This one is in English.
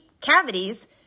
cavities